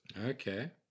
Okay